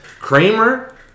Kramer